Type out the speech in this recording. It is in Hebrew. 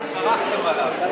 צרחתם עליו.